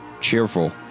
cheerful